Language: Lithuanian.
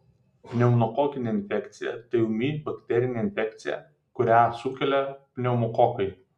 pneumokokinė infekcija tai ūmi bakterinė infekcija kurią sukelia pneumokokai